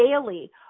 daily